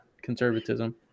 conservatism